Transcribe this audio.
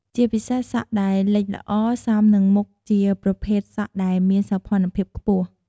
ជាពិសេសសក់ដែលលិចល្អសមនឹងមុខជាប្រភេទសក់ដែលមានសោភ័ណភាពខ្ពស់។